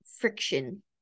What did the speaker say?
friction